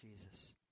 Jesus